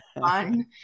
fun